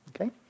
okay